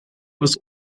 bis